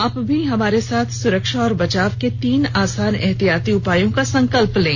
आप भी हमारे साथ सुरक्षा और बचाव के तीन आसान एहतियाती उपायों का संकल्प लें